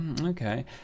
okay